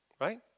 right